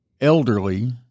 Elderly